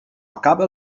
acaba